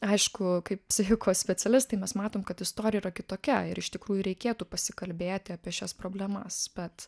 aišku kaip psichikos specialistai mes matom kad istorija yra kitokia ir iš tikrųjų reikėtų pasikalbėti apie šias problemas bet